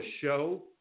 show